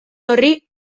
horri